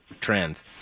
Trends